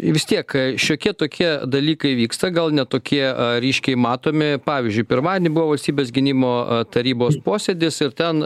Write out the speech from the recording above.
vis tiek šiokie tokie dalykai vyksta gal ne tokie ryškiai matomi pavyzdžiui pirmadienį buvo valstybės gynimo tarybos posėdis ir ten